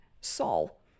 Saul